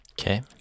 Okay